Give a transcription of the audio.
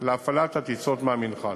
להפעלת הטיסות מהמנחת.